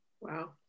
Wow